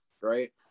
right